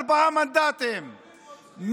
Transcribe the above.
ארבעה מנדטים,